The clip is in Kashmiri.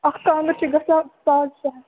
اَکھ کانٛگٕر چھِ گژھان ساڑ شےٚ ہَتھ